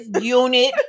unit